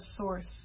source